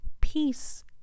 peace